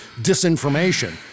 disinformation